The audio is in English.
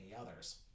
others